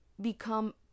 become